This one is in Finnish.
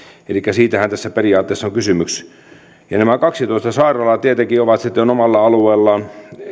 siitähän tässä periaatteessa on kysymys nämä kaksitoista sairaalaa tietenkin ovat sitten omalla alueellaan